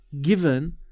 given